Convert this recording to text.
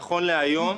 נכון להיום,